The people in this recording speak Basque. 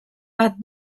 bat